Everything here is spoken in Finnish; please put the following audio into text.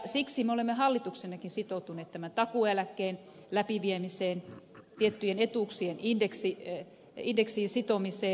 siksi me olemme hallituksenakin sitoutuneet takuueläkkeen läpiviemiseen tiettyjen etuuksien indeksiin sitomiseen